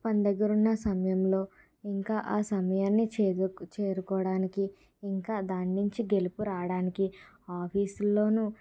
పని దగ్గర ఉన్న సమయంలో ఇంకా ఆ సమయాన్ని చేరు చేరుకోడానికి ఇంకా దానించీ గెలుపు రాడానికి ఆఫీస్ లోనూ